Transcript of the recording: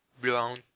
brown